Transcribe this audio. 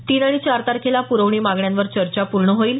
तीन आणि चार तारखेला पुरवणी मागण्यांवर चर्चा पूर्ण होईल